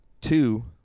two